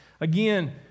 Again